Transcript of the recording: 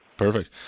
Perfect